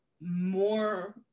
more